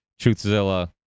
Truthzilla